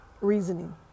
reasoning